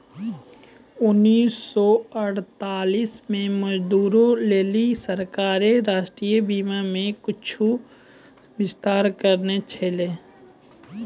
उन्नीस सौ अड़तालीस मे मजदूरो लेली सरकारें राष्ट्रीय बीमा मे कुछु विस्तार करने छलै